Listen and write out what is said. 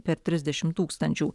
per trisdešimt tūkstančių